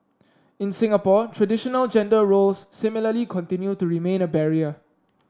in Singapore traditional gender roles similarly continue to remain a barrier